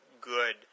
good